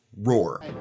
roar